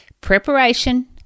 preparation